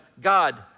God